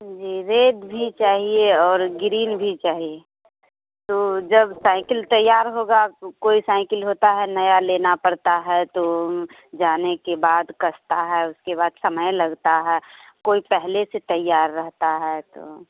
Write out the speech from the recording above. जी red भी चाहिए और ग्रीन भी चाहिए तो जब साइकिल तैयार होगा तो कोई साइकिल होता है नया लेना पड़ता है तो जाने के बाद कसता है उसके बाद समय लगता है कोई पहले से तैयार रहता है तो